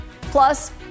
Plus